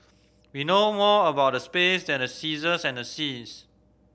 we know more about the space than the seasons and the seas